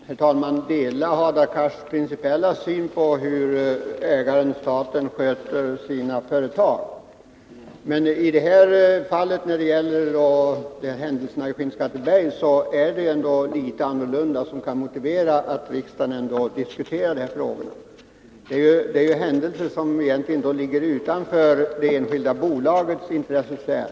Herr talman! Jag kan dela Hadar Cars principiella syn på hur ägaren, staten, sköter sina företag. Men när det gäller händelserna i Skinnskatteberg förhåller det sig litet annorlunda, vilket kan motivera att riksdagen diskuterar vad som där skett. De aktuella händelserna ligger egentligen utanför det enskilda bolagets intressesfär.